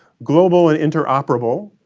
global and interoperable